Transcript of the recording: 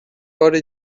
بار